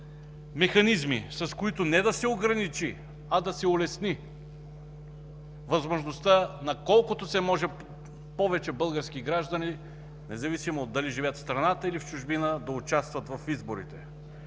механизми, с които не да се ограничи, а да се улесни възможността на колкото се може повече български граждани, независимо дали живеят в страната или в чужбина, да участват в изборите.